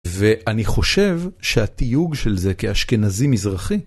ואני חושב שהתיוג של זה כאשכנזי-מזרחי.